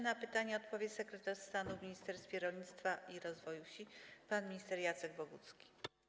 Na pytania odpowie sekretarz stanu w Ministerstwie Rolnictwa i Rozwoju Wsi pan minister Jacek Bogucki.